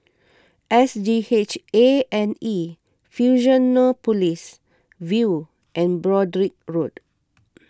S G H A and E Fusionopolis View and Broadrick Road